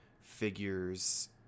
figures